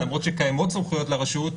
למרות שקיימות סמכויות לרשות,